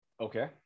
okay